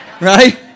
right